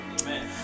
Amen